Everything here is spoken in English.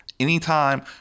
Anytime